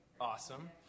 Awesome